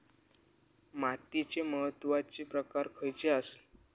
मातीचे महत्वाचे प्रकार खयचे आसत?